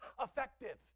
effective